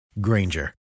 Granger